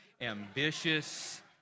ambitious